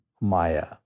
Maya